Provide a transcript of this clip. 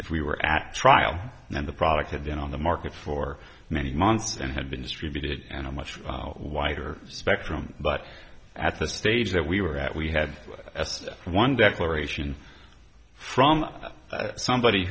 if we were at trial and then the product and then on the market for many months and had been distributed and a much wider spectrum but at this stage that we were at we had one declaration from somebody